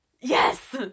Yes